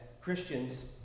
Christians